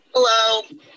hello